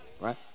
right